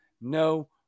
no